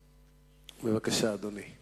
אפללו, בבקשה, אדוני.